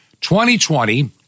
2020